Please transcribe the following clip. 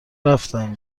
رفتم